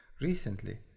Recently